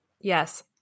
Yes